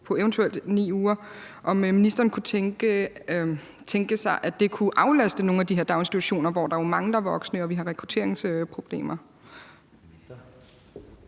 på eventuelt 9 uger kunne aflaste nogle af de her daginstitutioner, hvor der jo mangler voksne og vi har rekrutteringsproblemer.